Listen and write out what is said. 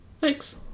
Thanks